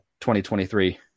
2023